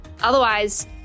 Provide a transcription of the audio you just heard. Otherwise